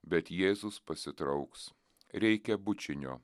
bet jėzus pasitrauks reikia bučinio